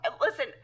Listen